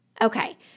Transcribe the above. Okay